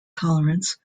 tolerance